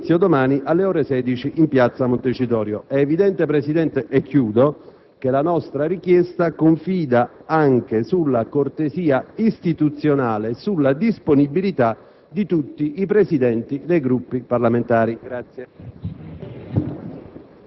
avrà inizio domani, alle ore 16, in piazza Montecitorio. È evidente, signor Presidente, che la nostra richiesta confida anche sulla cortesia istituzionale e sulla disponibilità di tutti i Presidenti dei Gruppi parlamentari.